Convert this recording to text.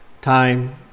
time